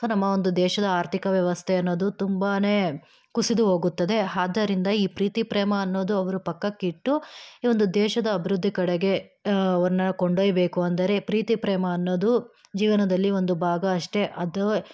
ನಮ್ಮ ಒಂದು ದೇಶದ ಆರ್ಥಿಕ ವ್ಯವಸ್ಥೆ ಅನ್ನೋದು ತುಂಬನೇ ಕುಸಿದುಹೋಗುತ್ತದೆ ಆದ್ದರಿಂದ ಈ ಪ್ರೀತಿ ಪ್ರೇಮ ಅನ್ನೋದು ಅವರು ಪಕ್ಕಕ್ಕಿಟ್ಟು ಈ ಒಂದು ದೇಶದ ಅಭಿವೃದ್ಧಿ ಕಡೆಗೆ ಅವ್ರನ್ನ ಕೊಂಡೊಯ್ಯಬೇಕು ಅಂದರೆ ಪ್ರೀತಿ ಪ್ರೇಮ ಅನ್ನೋದು ಜೀವನದಲ್ಲಿ ಒಂದು ಭಾಗ ಅಷ್ಟೇ ಅದುವೇ